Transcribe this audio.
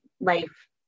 life